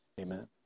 amen